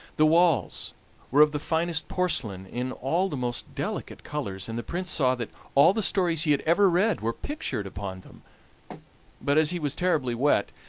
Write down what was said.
the walls were of the finest porcelain in all the most delicate colors, and the prince saw that all the stories he had ever read were pictured upon them but as he was terribly wet,